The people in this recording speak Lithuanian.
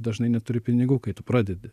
dažnai neturi pinigų kai tu pradedi